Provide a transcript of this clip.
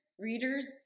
readers